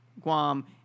Guam